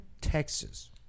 Texas